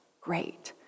great